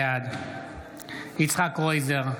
בעד יצחק קרויזר,